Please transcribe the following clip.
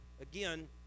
Again